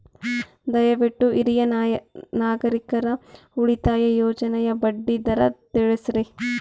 ದಯವಿಟ್ಟು ಹಿರಿಯ ನಾಗರಿಕರ ಉಳಿತಾಯ ಯೋಜನೆಯ ಬಡ್ಡಿ ದರ ತಿಳಸ್ರಿ